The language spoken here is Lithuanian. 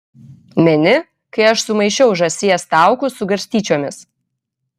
meni kai aš sumaišiau žąsies taukus su garstyčiomis